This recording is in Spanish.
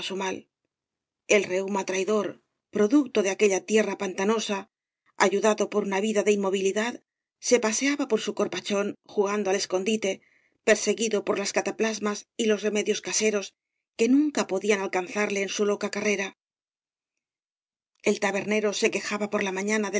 el reuma traidor producto ele aquella tierra pantanosa ayudado por una vida de inmovilidad se paseaba por su corpachón jugando al escondite perseguido por las cataplasmas y los remedios caseros que nunca podíau alcanzarle en su loca carrera el tabernero se quejaba por la mañana de